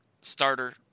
starter